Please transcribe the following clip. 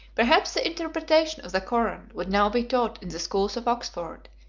perhaps the interpretation of the koran would now be taught in the schools of oxford,